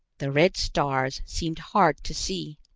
the red stars seemed hard to see.